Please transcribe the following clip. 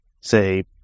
say